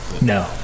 No